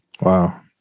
Wow